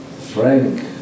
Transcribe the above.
frank